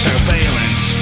Surveillance